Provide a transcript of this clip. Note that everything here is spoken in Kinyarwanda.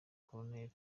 koruneri